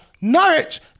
Norwich